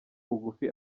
bugufi